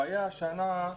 הבעיה השנה,